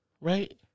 Right